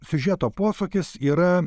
siužeto posūkis yra